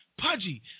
Pudgy